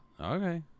Okay